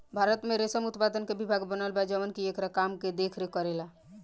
भारत में रेशम उत्पादन के विभाग बनल बा जवन की एकरा काम के देख रेख करेला